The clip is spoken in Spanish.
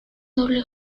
doble